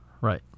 Right